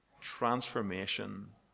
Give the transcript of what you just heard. Transformation